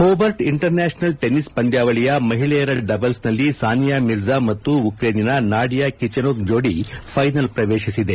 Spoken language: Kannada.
ಹೋಬರ್ಟ್ ಇಂಟರ್ನ್ಯಾಷನಲ್ ಟೆನ್ನಿಸ್ ಪಂದ್ಯಾವಳಿಯ ಮಹಿಳೆಯರ ಡಬಲ್ಸ್ನಲ್ಲಿ ಸಾನಿಯಾ ಮಿರ್ಜಾ ಮತ್ತು ಉಕ್ರೇನಿನ ನಾಡಿಯಾ ಕಿಚೆನೊಕ್ ಜೋಡಿ ಫೈನಲ್ ಪ್ರವೇಶಿಸಿದೆ